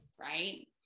right